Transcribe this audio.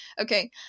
okay